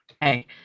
Hey